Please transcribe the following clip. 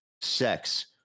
sex